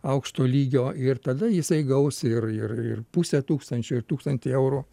aukšto lygio ir tada jisai gaus ir ir ir pusę tūkstančio ir tūkstantį eurų